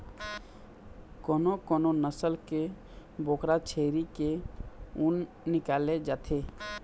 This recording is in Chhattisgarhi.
कोनो कोनो नसल के बोकरा छेरी के ऊन निकाले जाथे